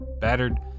battered